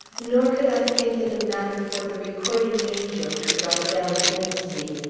nor could i think it a matter for the recording angel to write down against me,